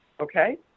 okay